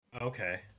okay